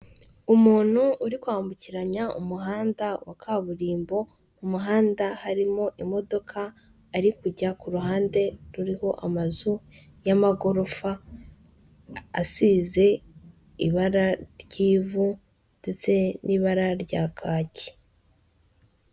Umuntu uri kwambukiranya umuhanda wa kaburimbo mu muhanda harimo imodoka, ari kujya ku ruhande ruriho amazu y'amagorofa asize ibara ry'ivu ndetse n'ibara rya kaki.